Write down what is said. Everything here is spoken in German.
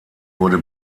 wurde